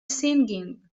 singing